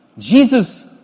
Jesus